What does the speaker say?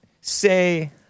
say